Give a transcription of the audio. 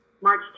March